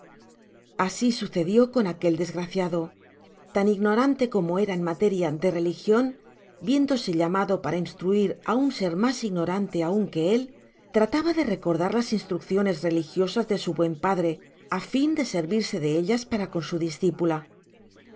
asi sucedió con aquel desgraciado tan ignorante como era en materia de religion viéndose llamado para instruir á un ser mas ignorante aun que él trataba de recordar las instrucciones religiosas de su buen padre á fin de servirse de ellas para con su discipula